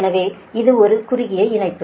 எனவே இது ஒரு குறுகிய இணைப்பு